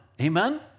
Amen